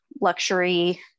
luxury